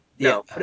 No